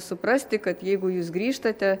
suprasti kad jeigu jūs grįžtate